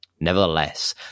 Nevertheless